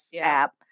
app